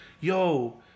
yo